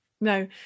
no